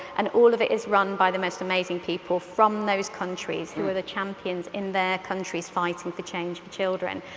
and all of it is run by the most amazing people from those countries who were the champions in their countries fighting for change for children.